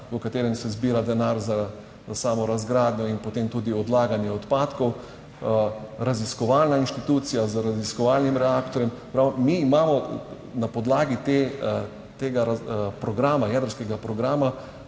v katerem se zbira denar za samo razgradnjo in potem tudi odlaganje odpadkov. Raziskovalna inštitucija z raziskovalnim reaktorjem pravi, mi imamo na podlagi tega programa jedrskega programa